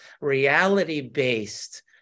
reality-based